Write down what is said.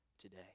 today